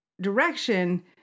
direction